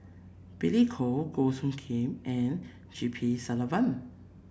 Billy Koh Goh Soo Khim and G P Selvam